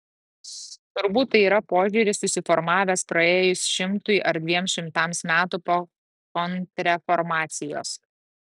turbūt tai yra požiūris susiformavęs praėjus šimtui ar dviem šimtams metų po kontrreformacijos